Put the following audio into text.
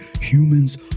humans